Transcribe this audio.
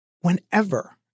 whenever